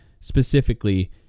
specifically